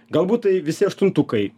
galbūt tai visi aštuntukai